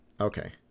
okay